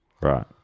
Right